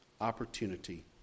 opportunity